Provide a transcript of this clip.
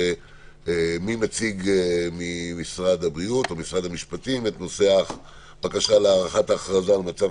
מי ממשרד הבריאות או משרד המשפטים מציג את הבקשה להארכת ההכרזה על מצב